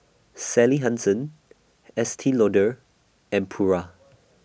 Sally Hansen Estee Lauder and Pura